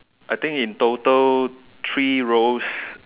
I think in total three rows